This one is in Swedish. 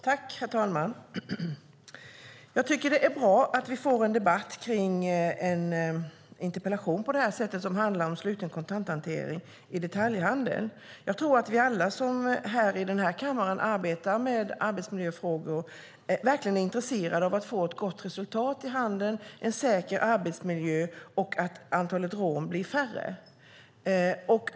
Herr talman! Jag tycker att det är bra att vi på det här sättet får en debatt kring en interpellation som handlar om sluten kontanthantering i detaljhandeln. Jag tror att vi alla i den här kammaren som arbetar med arbetsmiljöfrågor verkligen är intresserade av att få ett gott resultat i handeln, en säker arbetsmiljö och att antalet rån blir färre.